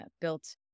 built